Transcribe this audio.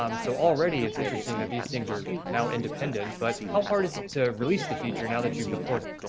um so already it's interesting that these things are now independent, but how hard is it to release the feature and that that you've deployed it?